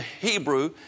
Hebrew